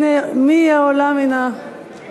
הנה, מי היא העולה מן המדבר.